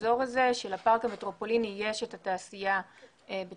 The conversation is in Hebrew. האזור הזה של הפארק המטרופוליני יש את התעשייה בתוך